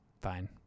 fine